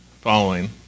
following